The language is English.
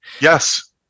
Yes